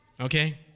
Okay